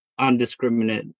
undiscriminate